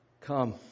Come